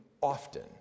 often